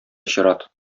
чират